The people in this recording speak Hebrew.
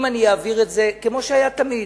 אם אני אעביר את זה כמו שהיה תמיד,